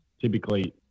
typically